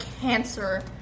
cancer